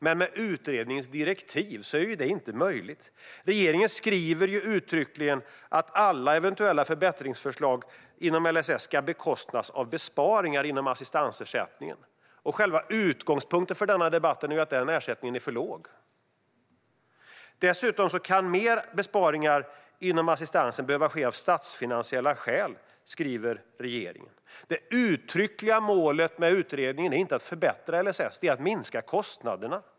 Men med utredningens direktiv är detta inte möjligt. Regeringen skriver ju uttryckligen att alla eventuella förbättringsförslag inom LSS ska bekostas av besparingar inom assistansersättningen. Själva utgångspunkten för denna debatt är emellertid att den här ersättningen är för låg. Dessutom kan fler besparingar inom assistansen behöva ske av statsfinansiella skäl, skriver regeringen. Det uttryckliga målet med utredningen är inte att förbättra LSS; det är att minska kostnaderna.